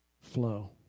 flow